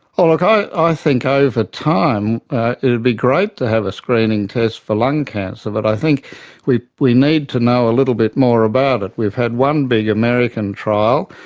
ah like i i think over time it would be great to have a screening test for lung cancer, but i think we need to know a little bit more about it. we've had one big american trial.